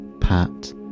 Pat